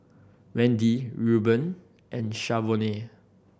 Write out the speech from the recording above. Wendi Reuben and Shavonne